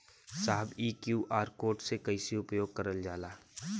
साहब इ QR code के कइसे उपयोग करल जाला?